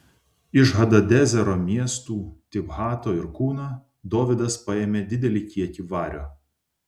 iš hadadezero miestų tibhato ir kūno dovydas paėmė didelį kiekį vario